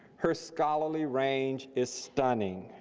her scholarly range is stunning.